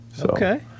Okay